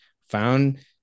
found